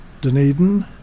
dunedin